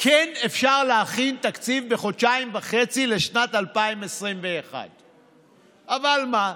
כן אפשר להכין תקציב בחודשיים וחצי לשנת 2021. אבל מה,